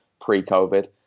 pre-COVID